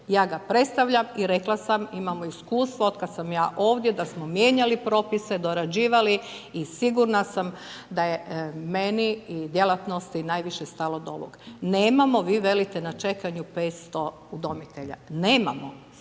Ja ga predstavljam i rekla sam imamo iskustvo od kada sam ja ovdje da smo mijenjali propise, dorađivali i sigurna sam da je meni i djelatnosti najviše stalo do ovog. Nemamo, vi velite na čekanju 500 udomitelja. Nemamo,